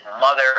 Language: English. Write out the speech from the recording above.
mother